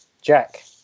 Jack